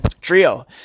trio